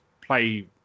play